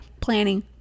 planning